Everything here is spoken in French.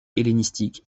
hellénistique